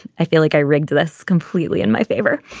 i feel like i rigged this completely in my favor.